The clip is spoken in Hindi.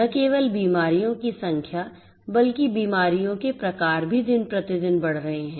न केवल बीमारियों की संख्या बल्कि बीमारियों के प्रकार भी दिन प्रतिदिन बढ़ रहे हैं